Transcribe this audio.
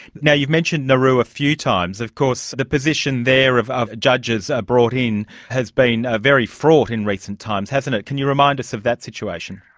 you know you've mentioned nauru a few times. of course the position there of of judges brought in has been ah very fraught in recent times, hasn't it. can you remind us of that situation?